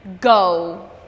Go